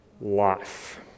Life